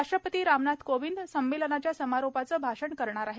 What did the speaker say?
राष्ट्रपती रामनाथ कोविंद संमेलनाच्या समारोपाचं भाषण करणार आहेत